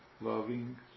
loving